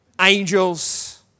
angels